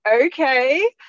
okay